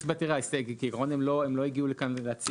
הם לא הגיעו לכאן להציג.